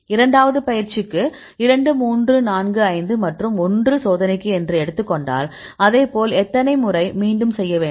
இரண்டாவது பயிற்சிக்கு 2 3 4 5 மற்றும் 1 சோதனைக்கு என்று எடுத்துக்கொண்டால் அதேபோல் எத்தனை முறை மீண்டும் செய்ய வேண்டும்